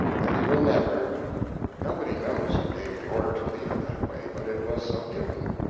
and you will never nobody knows who gave the order to leave it that way, but it was so given.